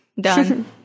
done